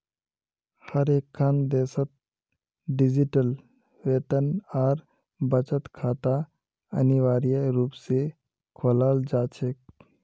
हर एकखन देशत डिजिटल वेतन और बचत खाता अनिवार्य रूप से खोलाल जा छेक